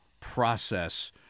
process